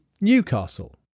Newcastle